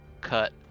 cut